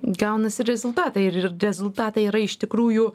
gaunasi rezultatai ir rezultatai yra iš tikrųjų